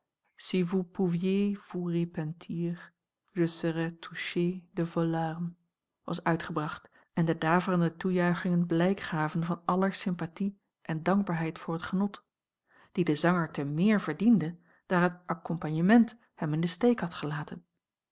vous repentir je serais touché de vos larmes was uitgebracht en de daverende toejuichingen blijk gaven van aller sympathie en dankbaarheid voor het genot die de zanger te meer verdiende daar het accompagnement hem in den steek had gelaten